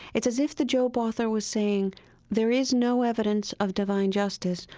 it's as if the job author was saying there is no evidence of divine justice,